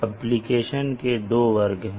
application के दो वर्ग हैं